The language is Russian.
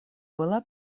была